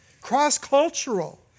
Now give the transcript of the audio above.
cross-cultural